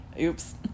Oops